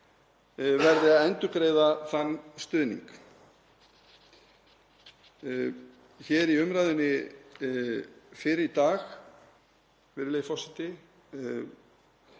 verði að endurgreiða þann stuðning. Hér í umræðunni fyrr í dag, virðulegi forseti,